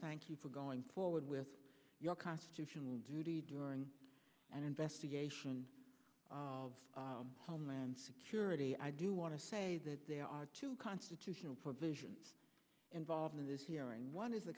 thank you for going forward with your constitutional duty during an investigation of homeland security i do want to say that there are two constitutional provisions involved in this hearing one is the